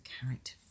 character